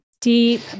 deep